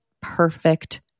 perfect